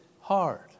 hard